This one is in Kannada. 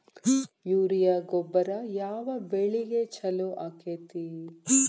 ಯೂರಿಯಾ ಗೊಬ್ಬರ ಯಾವ ಬೆಳಿಗೆ ಛಲೋ ಆಕ್ಕೆತಿ?